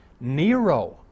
Nero